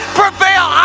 prevail